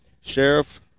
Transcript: Sheriff